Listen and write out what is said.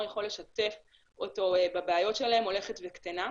יכול לשתף אותו בבעיות שלהם הולכת וקטנה,